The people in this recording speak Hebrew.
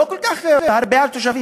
לא כל כך הרבה תושבים,